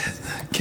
נכבדים,